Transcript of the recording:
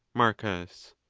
marcus.